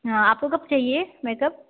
हाँ आपको कब चाहिए मेकअप